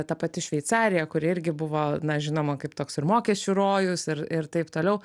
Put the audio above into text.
ta pati šveicarija kuri irgi buvo na žinoma kaip toks ir mokesčių rojus ir ir taip toliau